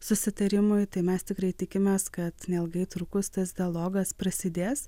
susitarimui tai mes tikrai tikimės kad neilgai trukus tas dialogas prasidės